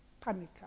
Panica